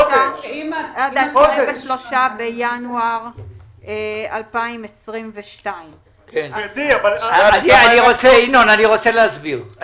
עד ה-23 בינואר 2022. ינון, אני רוצה להסביר משהו.